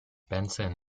benson